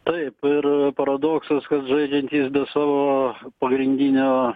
taip ir paradoksas kad žaidžiantys be savo pagrindinio